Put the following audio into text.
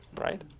right